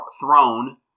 Throne